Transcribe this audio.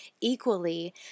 equally